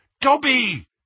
Dobby